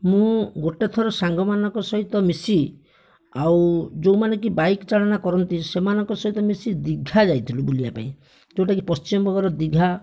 ମୁଁ ଗୋଟିଏ ଥର ସାଙ୍ଗମାନଙ୍କ ସହିତ ମିଶି ଆଉ ଯେଉଁମାନେକି ବାଇକ ଚାଳନା କରନ୍ତି ସେମାନଙ୍କ ସହିତ ମିଶି ଦୀଘା ଯାଇଥିଲୁ ବୁଲିବା ପାଇଁ ଯେଉଁଟାକି ପଶ୍ଚିମ ବଙ୍ଗର ଦୀଘା